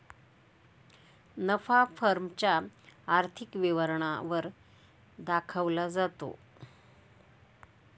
नफा फर्म च्या आर्थिक विवरणा वर दाखवला जातो